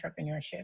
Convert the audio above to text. entrepreneurship